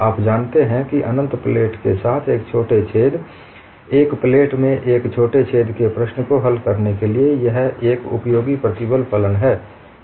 आप जानते हैं कि अनंत प्लेट के साथ एक छोटे छेद एक प्लेट में एक छोटे छेद के प्रश्न को हल करने के लिए यह एक उपयोगी प्रतिबल फलन है